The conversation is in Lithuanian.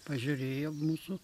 pažiūrėjo mūsų